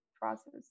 process